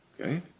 Okay